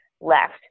left